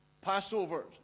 Passover